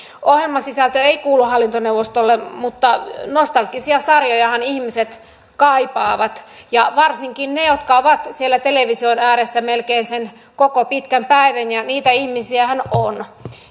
ohjelmasisältö ei kuulu hallintoneuvostolle mutta nostalgisia sarjojahan ihmiset kaipaavat ja varsinkin ne jotka ovat siellä television ääressä melkein sen koko pitkän päivän ja niitä ihmisiähän on